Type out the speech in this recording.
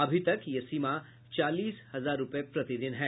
अभी तक यह सीमा चालीस हजार रूपये प्रतिदिन है